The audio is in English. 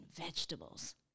vegetables